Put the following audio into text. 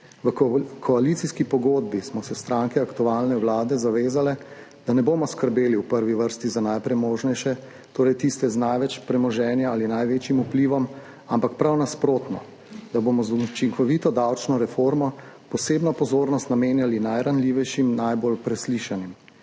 V koalicijski pogodbi smo se stranke aktualne vlade zavezale, da ne bomo skrbeli v prvi vrsti za najpremožnejše, torej tiste z največ premoženja ali največjim vplivom, ampak prav nasprotno, da bomo z učinkovito davčno reformo posebno pozornost namenjali najranljivejšim, najbolj preslišanim.